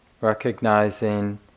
recognizing